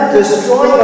destroy